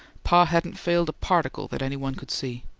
pa hadn't failed a particle that any one could see.